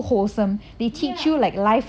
ya